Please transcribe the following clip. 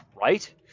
right